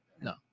no